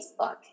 Facebook